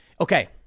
Okay